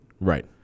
Right